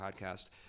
podcast